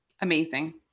Amazing